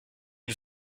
une